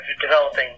developing